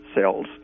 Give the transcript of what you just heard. cells